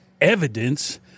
evidence